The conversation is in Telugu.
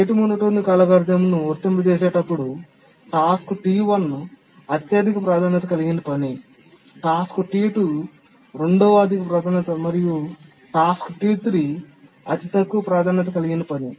రేటు మోనోటోనిక్ అల్గోరిథంను వర్తింపజేసేటప్పుడు టాస్క్ T1 అత్యధిక ప్రాధాన్యత కలిగిన పని టాస్క్ T2 రెండవ అధిక ప్రాధాన్యత మరియు టాస్క్ T3 అతి తక్కువ ప్రాధాన్యత కలిగిన పని